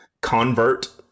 convert